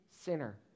sinner